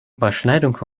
überschneidungen